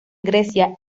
grecia